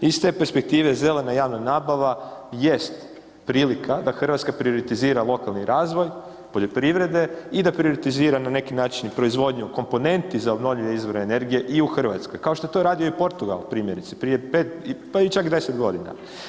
Iz te perspektive zelena javna nabava jest prilika da Hrvatska prioritizira lokalni razvoj poljoprivrede i da prioritizira na neki način i proizvodnju komponenti za obnovljive izvore energije i u Hrvatske kao što je to radio i Portugal primjerice prije 5 pa i čak 10 godina.